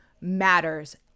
matters